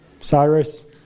Cyrus